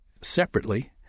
separately